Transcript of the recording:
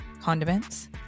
condiments